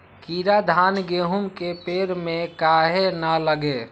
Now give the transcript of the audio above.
कीरा धान, गेहूं के पेड़ में काहे न लगे?